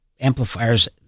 amplifiers